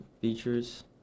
features